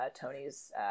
Tony's